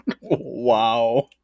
Wow